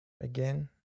Again